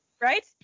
right